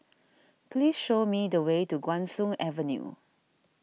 please show me the way to Guan Soon Avenue